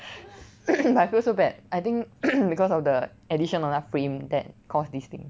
I feel so bad I think because of the addition of 那 frame that cause this thing